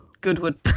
Goodwood